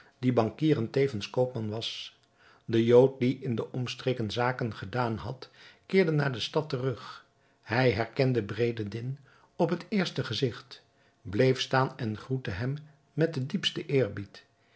die bankier en tevens koopman was de jood die in de omstreken zaken gedaan had keerde naar de stad terug hij herkende bedreddin op het eerste gezigt bleef staan en groette hem met den diepsten eerbied